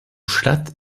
stadt